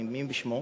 מי בשמו?